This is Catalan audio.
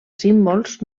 símbols